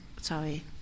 sorry